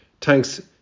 thanks